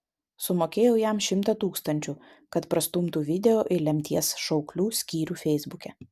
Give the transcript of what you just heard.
sumokėjau jam šimtą tūkstančių kad prastumtų video į lemties šauklių skyrių feisbuke